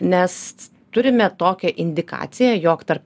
nes turime tokią indikaciją jog tarp